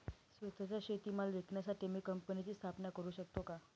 स्वत:चा शेतीमाल विकण्यासाठी मी कंपनीची स्थापना करु शकतो का?